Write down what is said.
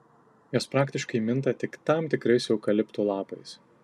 jos praktiškai minta tik tam tikrais eukaliptų lapais